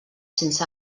sense